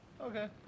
Okay